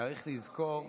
צריך לזכור,